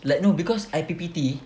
like know because I_P_P_T